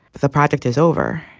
the project is over.